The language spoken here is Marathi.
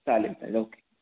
चालेल चालेल ओके